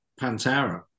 Pantera